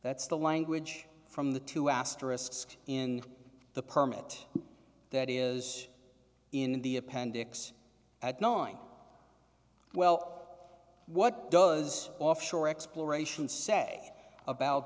that's the language from the two asterisk in the permit that is in the appendix at knowing well what does offshore exploration say about